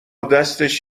دستش